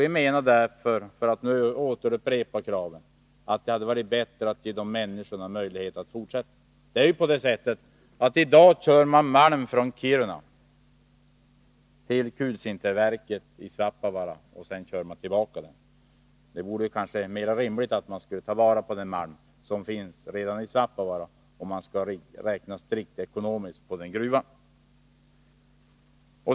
Vi menar därför, för att nu återupprepa kraven, att det hade varit bättre att ge dessa människor möjlighet att fortsätta verksamheten där. I dag kör man ju malm från Kiruna till kulsinterverket i Svappavaara, för att sedan köra tillbaka den igen. Det vore rimligare, strikt ekonomiskt räknat, att man redan i Svappavaara tog hand om malmen.